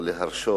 או להרשות,